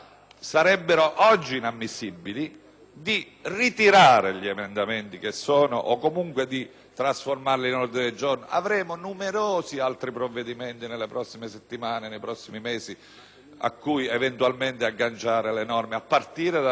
di ritirare gli emendamenti o comunque di trasformarli in ordini del giorno. Avremo numerosi altri provvedimenti nelle prossime settimane e mesi a cui eventualmente agganciare le norme, a partire dalla legge finanziaria, seppur di